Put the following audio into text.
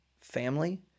family